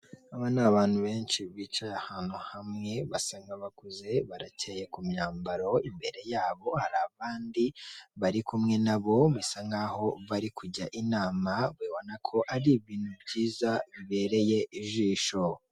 Aba ni abantu benshi bicaye ahantu hamwe basa nk'abakuze, baracyeye ku myambaro. Imbere yabo hari abandi bari kumwe nabo bisa nkaho bari kujya inama, ubona ko ar'ibintu byiza bibereye ijisho.